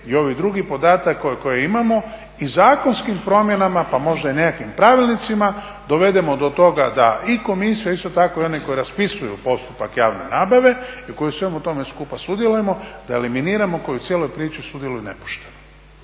i ovi drugi podaci koje imamo i zakonskim promjenama pa možda i nekakvim pravilnicima dovedemo do toga da i komisija isto tako i oni koji raspisuju postupak javne nabave i koji u svemu tome skupa sudjelujemo da eliminiramo koji u cijeloj priči sudjeluju nepošteno.